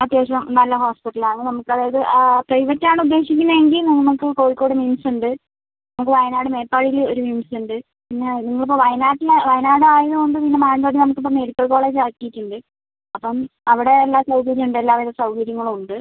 അത്യാവശ്യം നല്ല ഹോസ്പിറ്റൽ ആണ് നമുക്ക് അതായത് പ്രൈവറ്റ് ആണ് ഉദ്ദേശിക്കുന്നത് എങ്കിൽ നമുക്ക് കോഴിക്കോട് മിംസ് ഉണ്ട് നമുക്ക് വയനാട് മേപ്പാടിയിൽ ഒരു മിംസ് ഉണ്ട് പിന്നെ നിങ്ങളിപ്പം വയനാട്ടിൽ വയനാട് ആയതുകൊണ്ടും പിന്നെ മാനന്തവാടി നമുക്കിപ്പം മെഡിക്കൽ കോളേജ് ആക്കിയിട്ടുണ്ട് അപ്പം അവിടെ എല്ലാ സൗകര്യം ഉണ്ട് എല്ലാവിധ സൗകര്യങ്ങളും ഉണ്ട്